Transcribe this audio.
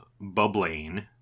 bubbling